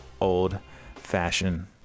old-fashioned